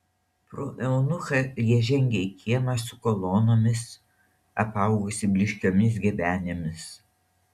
pro eunuchą jie žengė į kiemą su kolonomis apaugusį blyškiomis gebenėmis